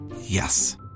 Yes